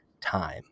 time